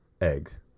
eggs